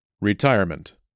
Retirement